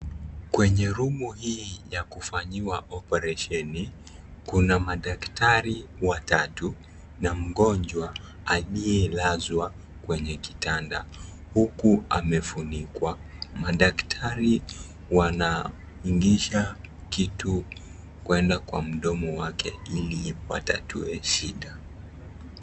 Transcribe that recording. Kwenye room hii ya kufanyiwa oparesheni. Kuna madaktari watatu na mgonjwa aliyelazwa kwenye kitanda huku amefunikwa, madaktari wanaingisha kitu kwenda kwa mdomo wake ili watatue shida.